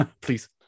please